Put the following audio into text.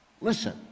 Listen